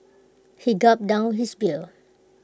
he gulped down his beer